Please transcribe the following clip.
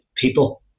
people